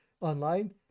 online